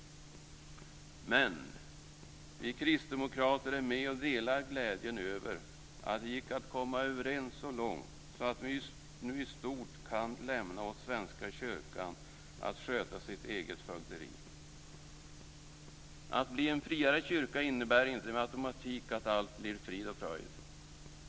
Men vi kristdemokrater är med och delar glädjen över att det gick att komma överens så långt att vi nu i stort kan lämna åt Svenska kyrkan att sköta sitt eget fögderi. Men att bli en friare kyrka innebär inte med automatik att allt blir frid och fröjd.